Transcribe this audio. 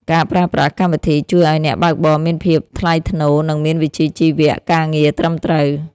ការប្រើប្រាស់កម្មវិធីជួយឱ្យអ្នកបើកបរមានភាពថ្លៃថ្នូរ និងមានវិជ្ជាជីវៈការងារត្រឹមត្រូវ។